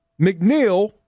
McNeil